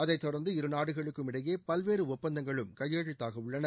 அதைத்தொடர்ந்து இருநாடுகளுக்கும் இடையே பல்வேறு ஒப்பந்தங்களும் கையெழுத்தாகவுள்ளன